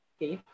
Okay